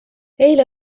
eile